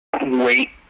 Wait